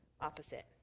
opposite